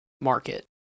market